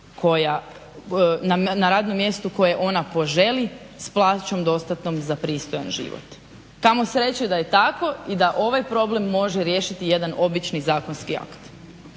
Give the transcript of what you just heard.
na radnom mjestu koje ona poželi s plaćom dostatnom za pristojan život. Kamo sreće da je tako i da ovaj problem može riješiti jedan običan zakonski akt.